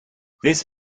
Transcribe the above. this